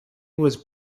was